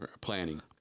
Planning